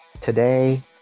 Today